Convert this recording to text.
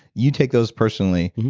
you take those personally.